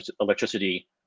electricity